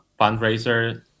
fundraiser